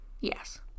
yes